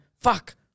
fuck